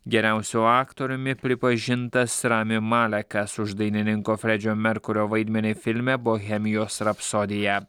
geriausiu aktoriumi pripažintas rami malekas už dainininko fredžio merkurio vaidmenį filme bohemijos rapsodija